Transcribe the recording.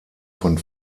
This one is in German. von